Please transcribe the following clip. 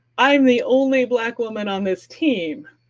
i'm the only black woman on this team.